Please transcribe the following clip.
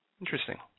Interesting